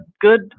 good